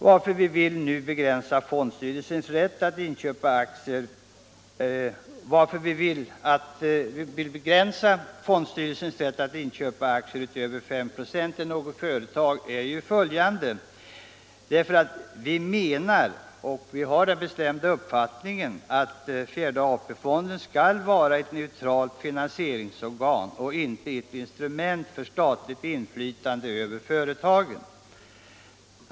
Varför vill vi nu begränsa fondstyrelsens rätt att inköpa aktier utöver 5 26 i något företag? Jo, vi har den bestämda meningen att fjärde AP-fonden skall vara ett neutralt finansieringsorgan och inte ett instrument för statligt inflytande över företagen.